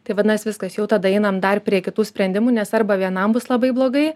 tai vadinas viskas jau tada einam dar prie kitų sprendimų nes arba vienam bus labai blogai